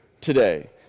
today